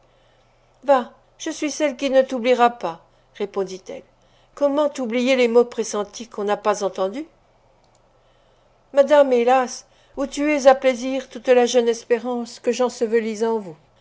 va je suis celle qui ne t'oubliera pas répondit-elle comment oublier les mots pressentis qu'on n'a pas entendus madame hélas vous tuez à plaisir toute la jeune espérance que j'ensevelis en vous